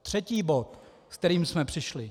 Třetí bod, s kterým jsme přišli.